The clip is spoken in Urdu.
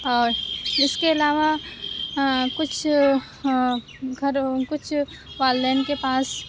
اور اِس کے علاوہ کچھ گھر کچھ والدین کے پاس